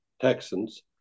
Texans